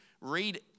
read